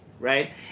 right